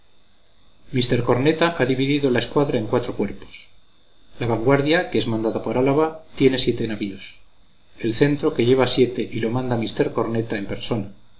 mr corneta ha dividido la escuadra en cuatro cuerpos la vanguardia que es mandada por álava tiene siete navíos el centro que lleva siete y lo manda mr corneta en persona